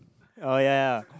oh ya